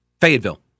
Fayetteville